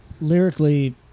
Lyrically